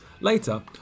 Later